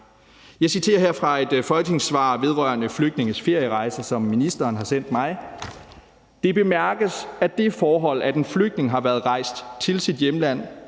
Jeg citerer her fra et folketingssvar vedrørende flygtninges ferierejser, som ministeren har sendt mig: »Det bemærkes, at det forhold, at en flygtning har været rejst til sit hjemland,